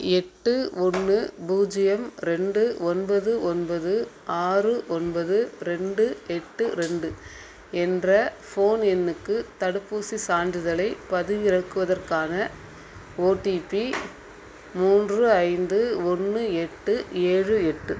எட்டு ஒன்று பூஜ்ஜியம் ரெண்டு ஒன்பது ஒன்பது ஆறு ஒன்பது ரெண்டு எட்டு ரெண்டு என்ற ஃபோன் எண்ணுக்கு தடுப்பூசிச் சான்றிதழைப் பதிவிறக்குவதற்கான ஓடிபி மூன்று ஐந்து ஒன்று எட்டு ஏழு எட்டு